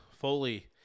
Foley